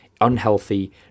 unhealthy